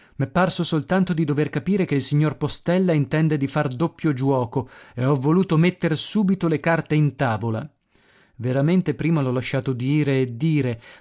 m'è parso soltanto di dover capire che il signor postella intende di far doppio giuoco e ho voluto metter subito le carte in tavola veramente prima l'ho lasciato dire e dire